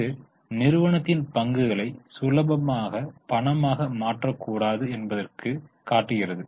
இது நிறுவனத்தின் பங்குகளை சுலபமாக பணமாக மாற்ற கூடாது என்பதைக் காட்டுகிறது